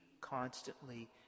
constantly